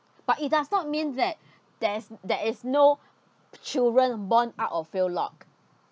but it does not mean that there's there is no children born out of wedlock